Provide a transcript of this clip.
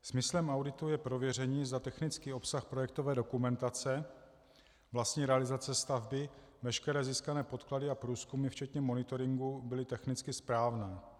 Smyslem auditu je prověření, zda technický obsah projektové dokumentace, vlastní realizace stavby, veškeré získané podklady a průzkumy včetně monitoringu byly technicky správné.